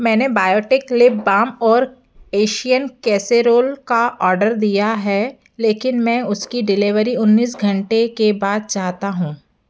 मैंने Biotique lip balm और Asian casserole का आर्डर दिया है लेकिन मैं उनकी डिलीवरी उन्नीस घंटे के बाद चाहता हूँ